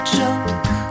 joke